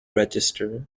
register